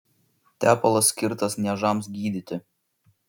tepalas skirtas niežams gydyti